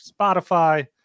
Spotify